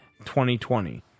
2020